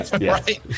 right